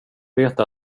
veta